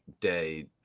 day